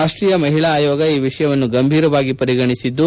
ರಾಷ್ಟೀಯ ಮಹಿಳಾ ಆಯೋಗ ಈ ವಿಷಯವನ್ನು ಗಂಭೀರವಾಗಿ ಪರಿಗಣಿಸಿದ್ದು